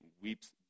weeps